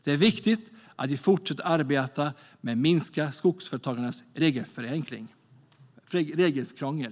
Det är viktigt att vi fortsätter arbetet med att minska skogsföretagarnas regelkrångel.